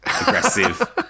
aggressive